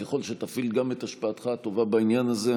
ככל שתפעיל גם את השפעתך הטובה בעניין הזה,